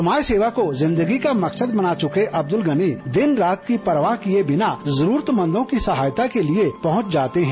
समाज सेवा को जिन्दगी का मकसद बना चुके अब्दुल गनी दिन रात की परवाह किए बिना जरूरतमंदो की सहायता के लिए पहुंच जाते हैं